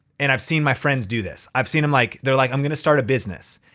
and i've seen my friends do this. i've seen them like they're like, i'm gonna start a business.